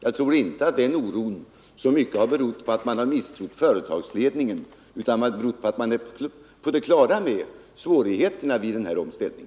Jag tror inte att oron så mycket har berott på att personalen misstrott företagsledningen, utan den har berott på att de anställda är på det klara med vilka svårigheter som sammanhänger med en omställning.